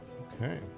Okay